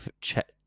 check